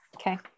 okay